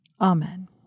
Amen